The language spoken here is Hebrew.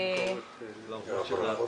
זו באמת אחת